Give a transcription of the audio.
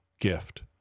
gift